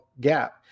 gap